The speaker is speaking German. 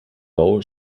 bau